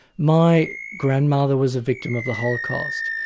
my grandmother was a victim of the holocaust,